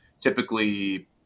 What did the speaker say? typically